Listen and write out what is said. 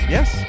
Yes